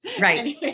Right